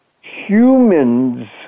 humans